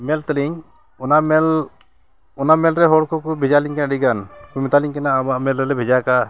ᱢᱮᱞ ᱛᱟᱹᱞᱤᱧ ᱚᱱᱟ ᱢᱮᱞ ᱚᱱᱟ ᱢᱮᱞ ᱨᱮ ᱦᱚᱲ ᱠᱚᱠᱚ ᱵᱷᱮᱡᱟ ᱟᱹᱞᱤᱧ ᱠᱟᱱᱟ ᱟᱹᱰᱤ ᱜᱟᱱ ᱟᱨ ᱠᱚ ᱢᱮᱛᱟ ᱞᱤᱧ ᱠᱟᱱᱟ ᱟᱢᱟᱜ ᱢᱮᱞ ᱨᱮᱞᱮ ᱵᱷᱮᱡᱟ ᱟᱠᱟᱫᱼᱟ